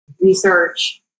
research